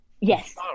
Yes